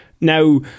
Now